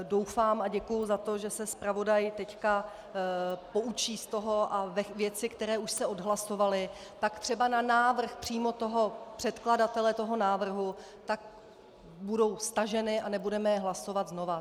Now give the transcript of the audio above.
Doufám a děkuji za to, že se zpravodaj teď poučí z toho a věci, které už se odhlasovaly, tak třeba na návrh přímo toho předkladatele toho návrhu, tak budou staženy a nebudeme je hlasovat znova.